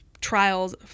trials